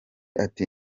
ati